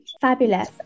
fabulous